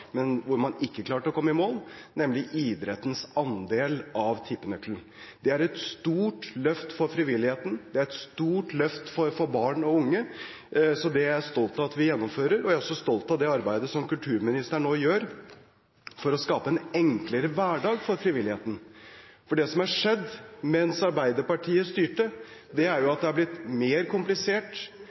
men hvor man ikke klarte å komme i mål, om idrettens andel av tippenøkkelen. Det er et stort løft for frivilligheten, det er et stort løft for barn og unge, og det er jeg stolt av at vi gjennomfører. Jeg er også stolt av det arbeidet som kulturministeren nå gjør for å skape en enklere hverdag for frivilligheten. For det som har skjedd mens Arbeiderpartiet styrte, er at det er blitt mer komplisert,